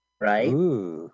right